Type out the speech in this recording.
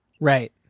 Right